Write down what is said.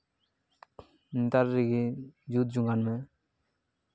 ᱱᱮᱛᱟᱨ ᱨᱮᱜᱮ ᱡᱩᱛ ᱡᱚᱝ ᱟᱱ ᱢᱮ